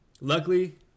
Luckily